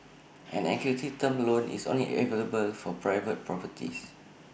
an equity term loan is only available for private properties